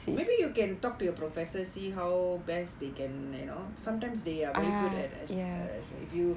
maybe you can talk to your professor see how best they can you know sometimes they are very good at if you